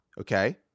Okay